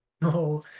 No